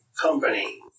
company